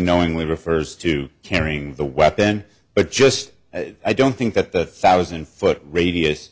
knowingly refers to carrying the weapon but just as i don't think that the thousand foot radius